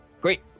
Great